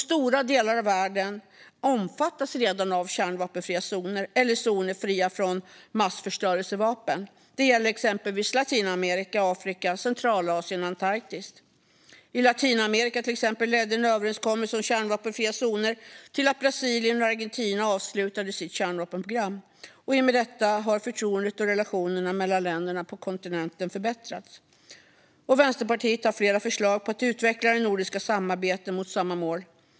Stora delar av världen omfattas redan av kärnvapenfria zoner eller zoner fria från massförstörelsevapen. Det gäller exempelvis Latinamerika, Afrika, Centralasien och Antarktis. I Latinamerika ledde till exempel en överenskommelse om kärnvapenfria zoner till att Brasilien och Argentina avslutade sina kärnvapenprogram. I och med detta har förtroendet och relationerna mellan länderna på kontinenten förbättrats. Vänsterpartiet har flera förslag för att utveckla det nordiska samarbetet mot samma mål.